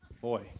boy